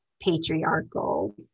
Patriarchal